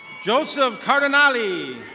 joseph cardinali.